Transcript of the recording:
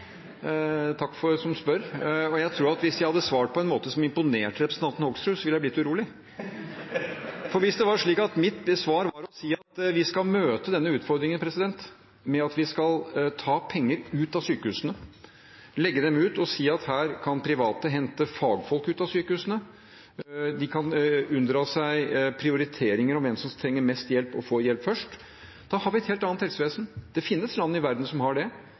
som spør. Jeg tror at hvis jeg hadde svart på en måte som imponerte representanten Hoksrud, ville jeg blitt urolig. For hvis det var slik at mitt svar var å si at vi skal møte denne utfordringen med at vi skal ta penger ut av sykehusene, legge dem ut og si at her kan private hente fagfolk ut av sykehusene og unndra seg prioriteringer om hvem som trenger mest hjelp, og hvem som skal få hjelp først – da har vi et helt annet helsevesen. Det finnes land i verden som har det